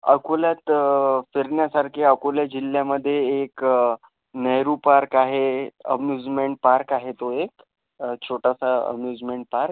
अकोल्यात अं फिरन्यासारखे अकोला जिल्ह्यामधे एक नेहरू पार्क आहे अम्युजमेंट पार्क आहे तो एक छोटासा अम्युजमेंट पार्क